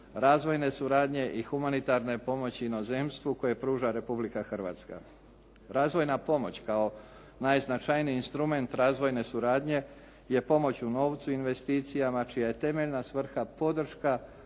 razvojne suradnje i humanitarne pomoći inozemstvu koje pruža Republika Hrvatska. Razvojna pomoć kao najznačajniji instrument razvojne suradnje je pomoć u novcu i investicijama čija je temeljna svrha podrška